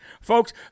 Folks